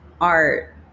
art